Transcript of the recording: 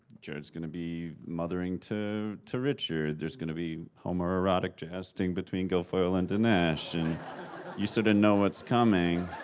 jared's going to be mothering to to richard, there's going to be homoerotic jousting between gilfoyle and dinesh and you sort of know what's coming,